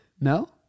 no